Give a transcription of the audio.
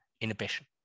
inhibition